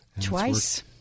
Twice